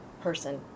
person